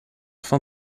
fin